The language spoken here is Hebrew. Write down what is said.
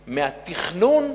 מהתכנון,